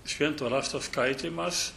švento rašto skaitymas